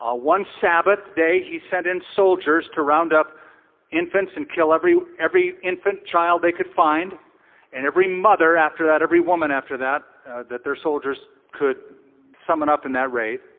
ah one sabbath day he sent in soldiers to round up infants and kill every every infant child they could find and every mother after that every woman after that that their soldiers could summon up in that raid.